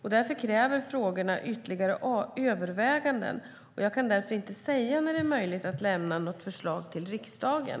Frågorna kräver alltså ytterligare överväganden. Jag kan därför inte säga när det är möjligt att lämna något förslag till riksdagen.